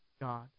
God